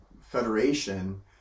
federation